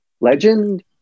Legend